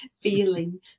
feeling